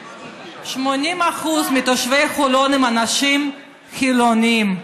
80% מתושבי חולון הם אנשים חילונים,